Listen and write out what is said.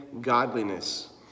godliness